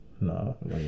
No